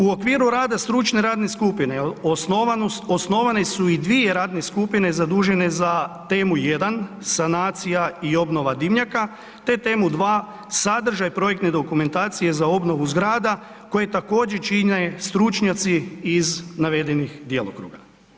U okviru rada stručne radne skupine osnovane su i dvije radne skupine zadužene za temu jedan, sanacija i obnova dimnjaka, te temu dva, sadržaj projektne dokumentacije za obnovu zgrada koje također čine stručnjaci iz navedenih djelokruga.